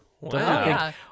Wow